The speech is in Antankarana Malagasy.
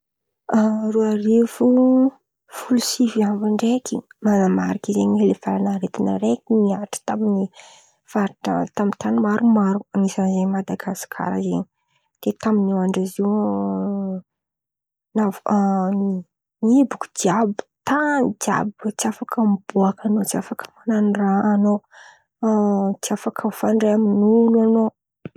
Roa arivo folo sivy amby ndraiky nan̈amariky zen̈y lay valan'aretin̈y araiky nihatra tamy faritra tamy tan̈y maro anisan̈y zen̈y Madagasikara zen̈y, ke tamy andra io zen̈y no navy nihiboko jiàby tan̈y jiàby kô tsy afaka miboaka an̈ao tsy afaka man̈ano raha an̈ao, tsy afaka mifandray amny olo an̈ao.